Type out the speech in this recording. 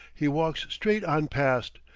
he walks straight on past,